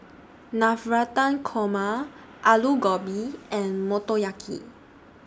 Navratan Korma Alu Gobi and Motoyaki